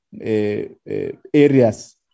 areas